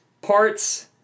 parts